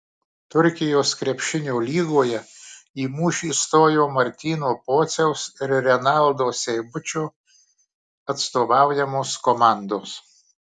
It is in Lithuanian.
turkijos krepšinio lygoje į mūšį stojo martyno pociaus ir renaldo seibučio atstovaujamos komandos